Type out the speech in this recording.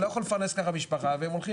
אני לא יכול לפרנס ככה משפחה והם הולכים